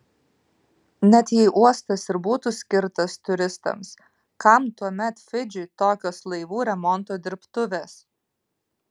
net jei uostas ir būtų skirtas turistams kam tuomet fidžiui tokios laivų remonto dirbtuvės